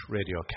Radio